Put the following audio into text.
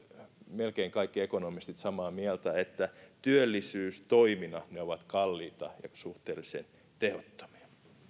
melkein kaikki ekonomistit samaa mieltä että työllisyystoimina ne ovat kalliita ja suhteellisen tehottomia